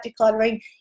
decluttering